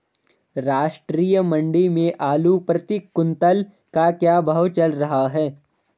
राष्ट्रीय मंडी में आलू प्रति कुन्तल का क्या भाव चल रहा है?